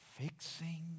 fixing